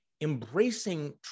embracing